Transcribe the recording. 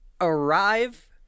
arrive